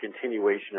continuation